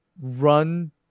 run